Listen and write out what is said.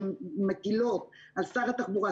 שמטילות על שר התחבורה,